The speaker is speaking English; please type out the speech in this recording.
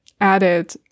added